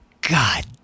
God